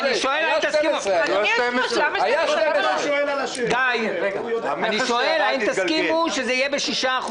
גיא גולדמן, אני שואל האם תסכימו שזה יהיה 6%,